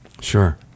sure